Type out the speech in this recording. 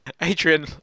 Adrian